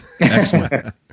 Excellent